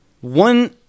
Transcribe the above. one